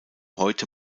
heute